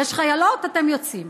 יש חיילות, אתם יוצאים.